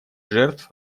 жертв